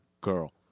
girl